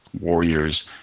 Warriors